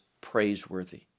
praiseworthy